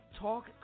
Talk